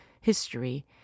history